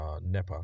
NEPA